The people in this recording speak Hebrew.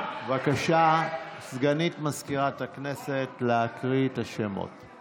בבקשה, סגנית מזכיר הכנסת, להקריא את השמות.